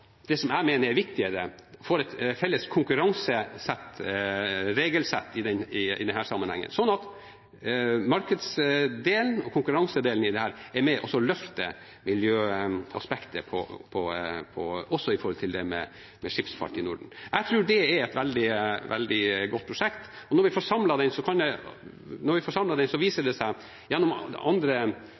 det som jeg mener er viktigere, at vi får et felles regelsett i denne sammenhengen, sånn at markedsdelen og konkurransedelen i dette er med på å løfte miljøaspektet i skipsfarten i Norden. Jeg tror det er et veldig godt prosjekt. Når vi får samlet dette, viser det seg gjennom andre prosjekter vi har hatt, at det er åpenbart at det finnes veldig mye likt lovverk rundt omkring som kan brukes. Og så kan det hende vi får